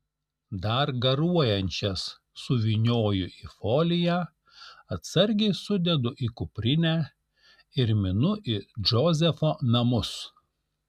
dar garuojančias suvynioju į foliją atsargiai sudedu į kuprinę ir minu į džozefo namus